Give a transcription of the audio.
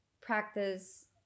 practice